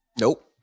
Nope